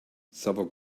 several